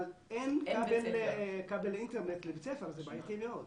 אבל אין כבל אינטרנט לבית הספר אז זה בעייתי מאוד,